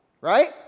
right